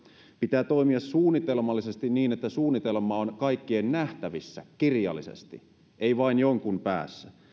pitää toimia suunnitelmallisesti niin että suunnitelma on kaikkien nähtävissä kirjallisesti ei vain jonkun päässä